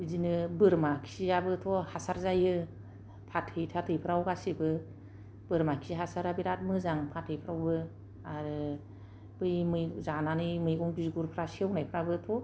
बिदिनो बोरमा खिआबोथ' हासार जायो फाथै थाथैफ्राव गासैबो बोरमा खि हासारा बिराद मोजां फाथैफ्रावबो आरो बै मै जानानै मैगं बिगुरफ्रा सेवानायफ्राबोथ'